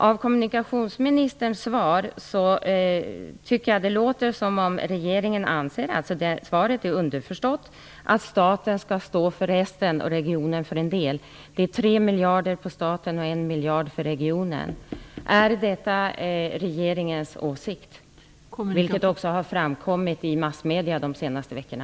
Av kommunikationsministerns svar att döma är det underförstått att staten skall stå för resten och regionen för en del - det är fråga om 3 miljarder för statens del och 1 miljard för regionen. Är detta regeringens åsikt, vilket har hävdats av massmedierna de senaste veckorna?